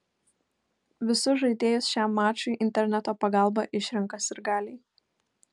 visus žaidėjus šiam mačui interneto pagalba išrenka sirgaliai